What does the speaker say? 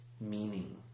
Meaning